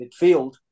midfield